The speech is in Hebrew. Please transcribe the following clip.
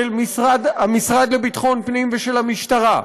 של המשרד לביטחון פנים ושל המשטרה,